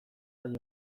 baino